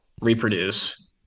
reproduce